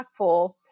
impactful